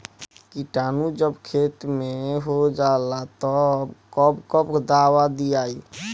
किटानु जब खेत मे होजाला तब कब कब दावा दिया?